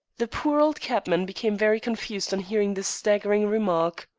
the poor old cabman became very confused on hearing this staggering remark.